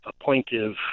appointive